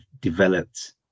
developed